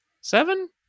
seven